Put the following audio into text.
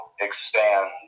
expand